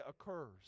occurs